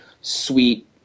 sweet